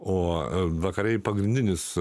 o vakarai pagrindinis